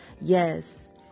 Yes